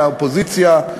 ומהאופוזיציה,